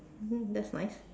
mm that's nice